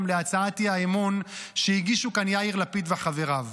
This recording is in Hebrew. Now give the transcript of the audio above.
להצעת האי-אמון שהגישו כאן יאיר לפיד וחבריו.